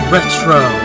Retro